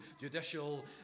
judicial